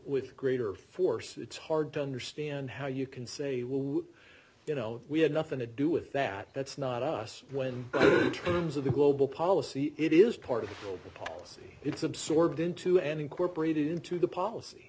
with greater force it's hard to understand how you can say will you know we had nothing to do with that that's not us when in terms of the global policy it is part of the city it's absorbed into and incorporated into the policy